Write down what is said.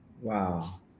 Wow